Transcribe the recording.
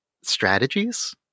strategies